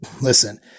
Listen